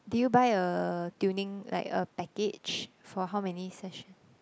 did you buy a tuning like a package for how many session